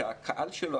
שהקהל שלו,